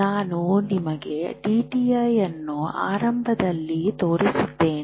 ನಾನು ನಿಮಗೆ ಡಿಟಿಐ ಅನ್ನು ಆರಂಭದಲ್ಲಿ ತೋರಿಸಿದ್ದೇನೆ